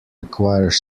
requires